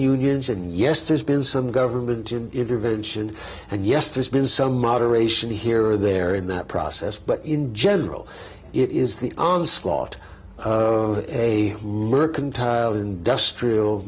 unions and yes there's been some government intervention and yes there's been some moderation here or there in that process but in general it is the onslaught of a mercantile industrial